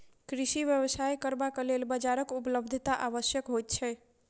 कृषि व्यवसाय करबाक लेल बाजारक उपलब्धता आवश्यक होइत छै